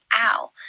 ow